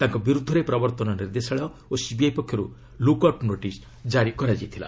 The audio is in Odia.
ତାଙ୍କ ବିରୁଦ୍ଧରେ ପ୍ରବର୍ତ୍ତନ ନିର୍ଦ୍ଦେଶାଳୟ ଓ ସିବିଆଇ ପକ୍ଷରୁ ଲୁକ୍ ଆଉଟ୍ ନୋଟିସ୍ ଜାରି କରାଯାଇଥିଲା